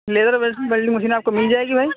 laser base میں welding machine آپ کو مل جائے گی بھائی